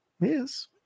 Yes